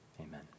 Amen